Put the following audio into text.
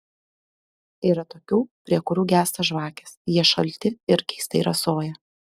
yra tokių prie kurių gęsta žvakės jie šalti ir keistai rasoja